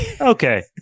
Okay